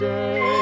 Day